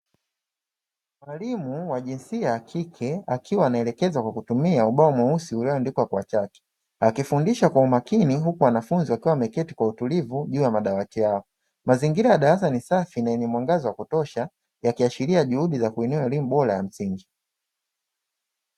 Mwalimu wa jinsia ya kike, akiwa anaelekeza kwa kutumia ubao mweusi ulioandikwa kwa chaki. Akifundisha kwa umakini, huku wanafunzi wakiwa wameketi kwa utulivu juu ya madawati yao. Mazingira ya darasa ni safi na yenye mwangaza wa kutosha, yakiashiria juhudi ya kuinua elimu bora ya msingi.